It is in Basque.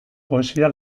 poesia